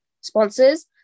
sponsors